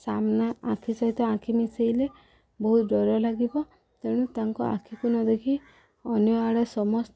ସାମ୍ନା ଆଖି ସହିତ ଆଖି ମିଶେଇଲେ ବହୁତ ଡର ଲାଗିବ ତେଣୁ ତାଙ୍କ ଆଖିକୁ ନ ଦେଖି ଅନ୍ୟ ଆଡ଼େ ସମସ୍ତେ